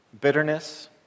bitterness